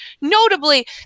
notably